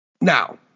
Now